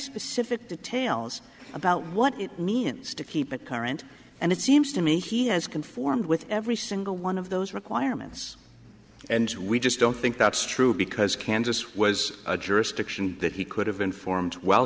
specific details about what it means to keep it current and it seems to me he has conformed with every single one of those requirements and we just don't think that's true because kansas was a jurisdiction that he could have been formed w